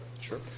Sure